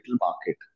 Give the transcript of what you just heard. market